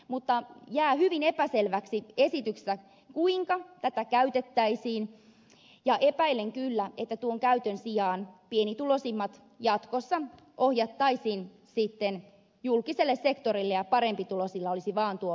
mutta jää hyvin epäselväksi esityksessä kuinka tätä käytettäisiin ja epäilen kyllä että tuon käytön sijaan pienituloisimmat jatkossa ohjattaisiin sitten julkiselle sektorille ja vain parempituloisilla olisi tuo valinnanmahdollisuus